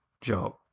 Job